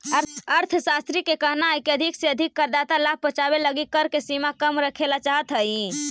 अर्थशास्त्रि के कहना हई की अधिक से अधिक करदाता तक लाभ पहुंचावे के लगी कर के सीमा कम रखेला चाहत हई